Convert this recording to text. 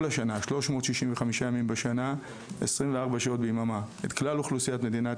השנה 365 ימים בשנה 24 שעות ביממה את כלל אוכלוסיית מדינת